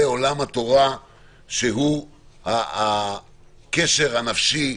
זה עולם התורה שהוא הקשר הנפשי,